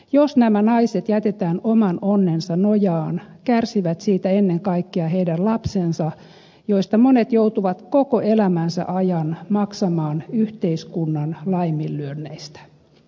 jos nämä naiset jätetään oman onnensa nojaan kärsivät siitä ennen kaikkea heidän lapsensa joista monet joutuvat koko elämänsä ajan maksamaan yhteiskunnan laiminlyönneistä